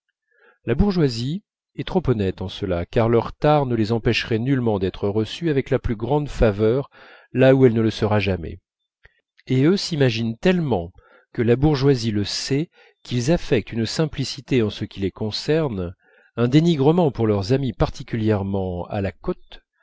la bourgeoisie est trop honnête en cela car leurs tares ne les empêcheraient nullement d'être reçus avec la plus grande faveur là où elle ne le sera jamais et eux s'imaginent tellement que la bourgeoisie le sait qu'ils affectent une simplicité en ce qui les concerne un dénigrement pour leurs amis particulièrement à la côte